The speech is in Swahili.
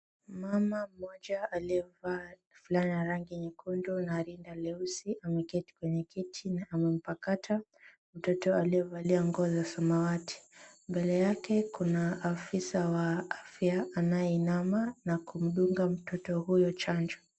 Mama mmoja aliyevaa fulana ya rangi nyekundu na rinda leusi ameketi kwenye kiti na amempakata mtoto aliyevalia nguo za samawati. Mbele yake kuna afisa wa afya anayeinama na kumdunga mtoto huyo chanjo.